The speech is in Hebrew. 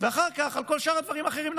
ואחר כך נריב על כל שאר הדברים האחרים.